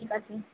ঠিক আছে